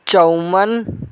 चौवन